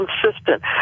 consistent